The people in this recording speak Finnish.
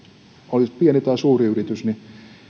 oli pieni tai suuri yritys niin